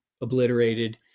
obliterated